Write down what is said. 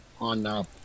on